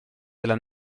della